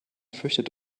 fürchtet